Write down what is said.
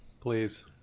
please